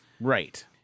Right